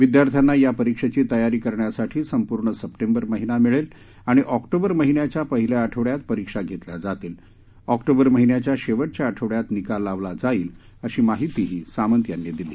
विद्यार्थ्यांना या परीक्षेची तयारी करण्यासाठी संपूर्ण सप्टेंबर महिना मिळेल आणि ऑक्टोबर महिन्याच्या पहिल्या आठवड्यात परीक्षा घेतल्या जातील ऑक्टोबर महिन्याच्या शेवटच्या आठवड्यात निकाल लावला जाईल अशी माहितीही सामंत यांनी दिली